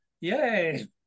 Yay